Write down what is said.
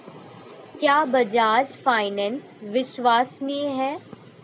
क्या बजाज फाइनेंस विश्वसनीय है?